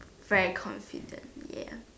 every confident ya